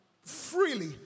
freely